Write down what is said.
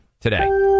today